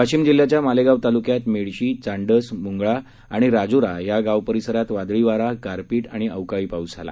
वाशीम जिल्ह्याच्या मालेगाव तालुक्यात मेडशी चांडस मुंगळा आणि राजुरा ह्या गावपारिसरात वादळी वारा गारपिट आणि अवकाळी पाऊस झाला